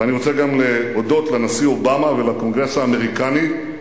ואני רוצה גם להודות לנשיא אובמה ולקונגרס האמריקני,